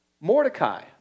Mordecai